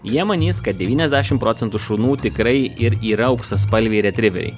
jie manys kad devyniasdešim procentų šunų tikrai ir yra auksaspalviai retriveriai